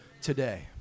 today